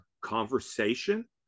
conversation